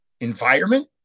environment